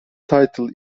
title